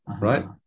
Right